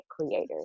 creators